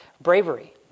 bravery